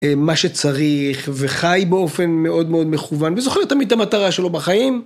מה שצריך, וחי באופן מאוד מאוד מכוון, וזה יכול להיות תמיד את המטרה שלו בחיים.